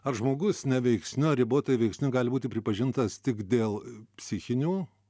ar žmogus neveiksniu ar ribotai veiksniu gali būti pripažintas tik dėl psichinių